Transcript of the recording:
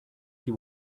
she